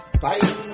Bye